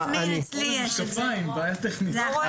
יש לכם